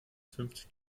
fünfzig